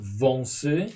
wąsy